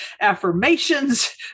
affirmations